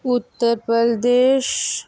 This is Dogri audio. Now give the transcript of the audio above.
उत्तर प्रदेश